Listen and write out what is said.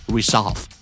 Resolve